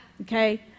okay